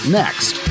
next